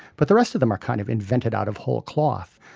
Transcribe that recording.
but the rest of them are kind of invented out of whole cloth.